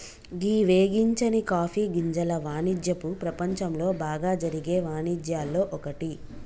గీ వేగించని కాఫీ గింజల వానిజ్యపు ప్రపంచంలో బాగా జరిగే వానిజ్యాల్లో ఒక్కటి